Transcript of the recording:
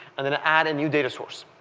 and then add and new data source.